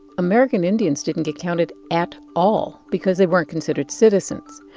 american indians didn't get counted at all because they weren't considered citizens.